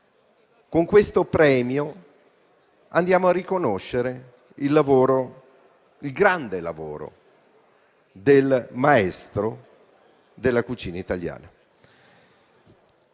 Con questo premio andiamo a riconoscere il grande lavoro del maestro della cucina italiana.